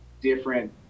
different